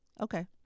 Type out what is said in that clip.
okay